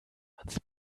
ans